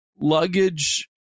luggage